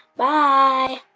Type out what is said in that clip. bye